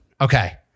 Okay